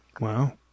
Wow